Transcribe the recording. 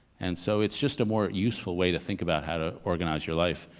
and so it's just a more useful way to think about how to organize your life.